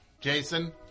Jason